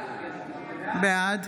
בעד